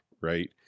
right